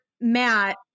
Matt